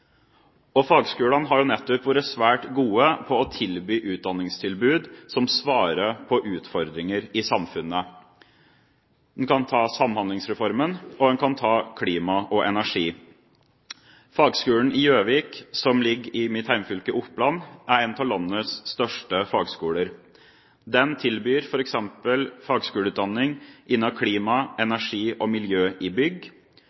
Fagskolene har nettopp vært svært gode på å tilby utdanning som svarer på utfordringer i samfunnet – man kan ta Samhandlingsreformen, og man kan ta klima og energi. Fagskolen i Gjøvik, som ligger i mitt hjemfylke, Oppland, er en av landets største fagskoler. Den tilbyr f.eks. fagskoleutdanning innen klima, energi og miljø i bygg,